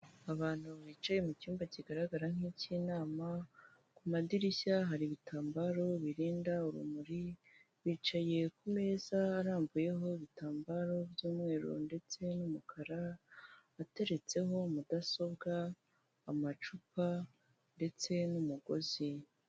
Abantu bicaye mu cyumba kigaragara nk'icy'inama ku madirishya hari ibitambaro birinda urumuri bicaye ku meza arambuyeho ibitambaro by'umweru ndetse n'umukara ateretseho mudasobwa amacupa ndetse n'umugozi.